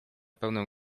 pełnym